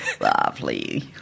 Lovely